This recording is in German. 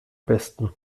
besten